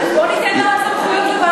אז בוא ניתן לוועדה עוד סמכויות.